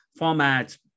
formats